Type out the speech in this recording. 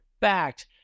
fact